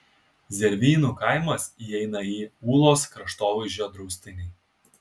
zervynų kaimas įeina į ūlos kraštovaizdžio draustinį